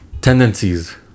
Tendencies